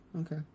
Okay